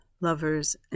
lovers